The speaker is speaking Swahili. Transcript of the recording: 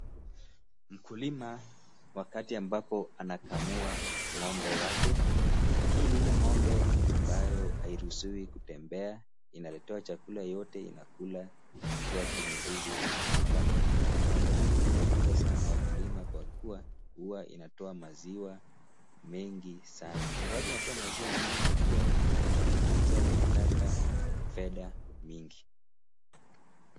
Mkulima wakati ambapo anakamua ngombe wake. Hii ni Ile ngombe ambayo hairuhusiwi kutembea , inaletewa chakula yoyote inakula ikiwa kwenye zizi lake. Ngombe hili linapendwa sana na wakulima Kwa kuwa Huwa inatoa maziwa mengi sana. Ingawaje inatoa maziwa mengi pia, kuitunza inataka fedha mingi.